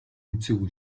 үзээгүй